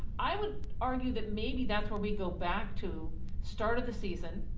i would argue that maybe that's where we go back to start of the season.